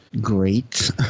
great